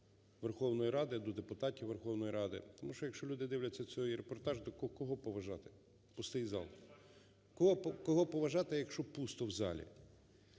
Верховної Ради, до депутатів Верховної Ради? Тому що, якщо люди дивляться цей репортаж, то кого поважати? Пустий зал! Кого поважати, якщо пусто в залі?